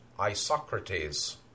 Isocrates